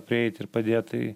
prieit ir padėt tai